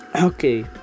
Okay